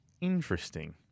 Interesting